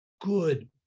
good